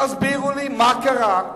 תסבירו לי מה קרה,